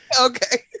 okay